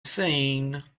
seen